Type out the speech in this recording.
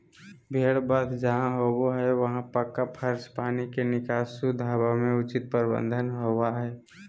भेड़ वध जहां होबो हई वहां पक्का फर्श, पानी के निकास, शुद्ध हवा के उचित प्रबंध होवअ हई